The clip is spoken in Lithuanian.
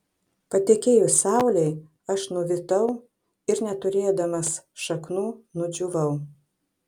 patekėjus saulei aš nuvytau ir neturėdamas šaknų nudžiūvau